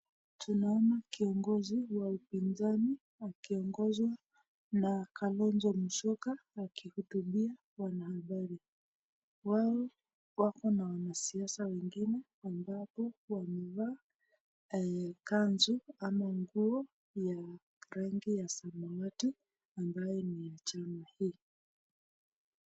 Tunaona kiongozi wa upinzani, akiongozwa na Kalonzo Musioka , akihutubia wanahabari, wao wako na wanasiasa wengine ambapo wanavaa kanzu ama nguo ama kanzu ya rangi ya samawati, ambayo ni ya chama hii.